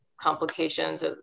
complications